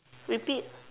repeat